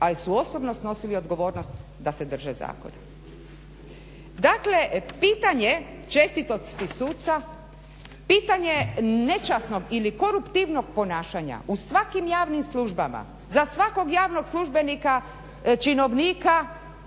ali su osobno snosili odgovornost da se drže zakona. Dakle, pitanje čestitosti suca, pitanje nečasnog ili koruptivnog ponašanja u svakim javnim službama za svakog javnog službenika, činovnika